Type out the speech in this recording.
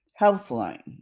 Healthline